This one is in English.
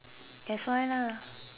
that's why lah